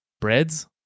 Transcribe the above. breads